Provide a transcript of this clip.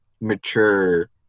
mature